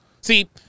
See